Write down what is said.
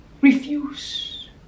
Refuse